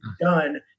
done